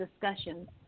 discussions